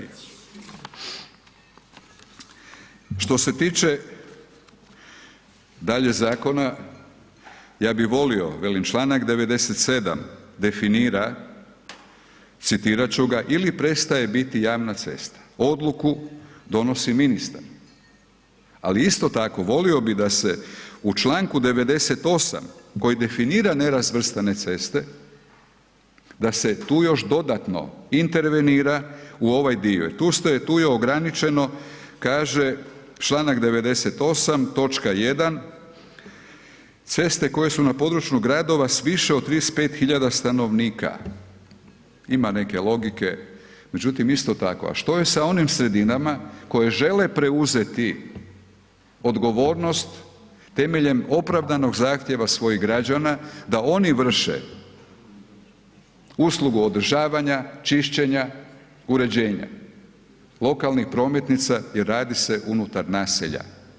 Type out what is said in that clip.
Što se tiče dalje zakona, ja bih volio velim članak 97. definira citirat ću ga „ili prestaje biti javna cesta“, odluku donosi ministar, ali isto tako volio bih da se u članku 98. koji definira nerazvrstane ceste da se tu još dodatno intervenira u ovaj dio jel tu je ograničeno, kaže članak 98. točka 1. „Ceste koje su na području gradova s više od 35.000 stanovnika“, ima neke logike, međutim isto tako, a što je sa onim sredinama koje žele preuzeti odgovornost temeljem opravdanog zahtjeva svojih građana da oni vrše uslugu održavanja, čišćenja, uređenja lokalnih prometnica i radi se unutar naselja.